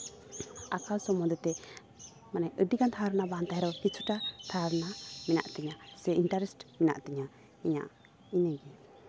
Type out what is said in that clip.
ᱟᱸᱠᱟᱣ ᱥᱚᱢᱚᱱᱫᱷᱮ ᱛᱮ ᱢᱟᱱᱮ ᱟᱹᱰᱤ ᱜᱟᱱ ᱫᱷᱟᱨᱱᱟ ᱵᱟᱝ ᱛᱟᱦᱮᱱ ᱨᱮ ᱦᱚᱸ ᱠᱤᱪᱷᱩᱴᱟ ᱫᱷᱟᱨᱱᱟ ᱢᱮᱱᱟᱜ ᱛᱤᱧᱟᱹ ᱥᱮ ᱤᱱᱴᱟᱨᱮᱥᱴ ᱢᱮᱱᱟᱜ ᱛᱤᱧᱟᱹ ᱤᱧᱟᱹᱜ ᱤᱱᱟᱹ ᱜᱮ